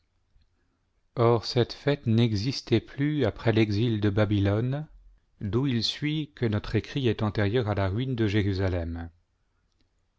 or cette fête n'existait plus après texil de babylone d'où il suit que notre écrit est antérieur à la ruine de jérusalem